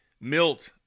Milt